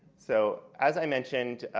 so as i mentioned,